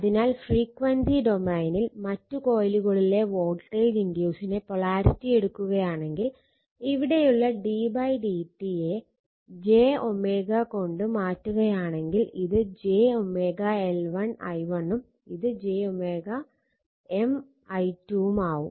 അതിനാൽ ഫ്രീക്വൻസി ഡൊമെയ്നിൽ മറ്റ് കോയിലുകളിലെ വോൾട്ടേജ് ഇൻഡ്യൂസിന്റെ പൊളാരിറ്റി എടുക്കുകയാണെങ്കിൽ ഇവിടെയുള്ള d dt യെ j കൊണ്ട് മാറ്റുകയാണെങ്കിൽ ഇത് j L1 i1 ഉം ഇത് j M i2 ആവും